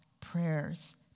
prayers